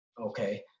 Okay